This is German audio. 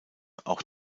auch